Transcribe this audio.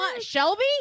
shelby